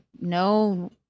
no